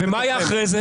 חבר הכנסת...,